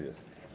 Jest.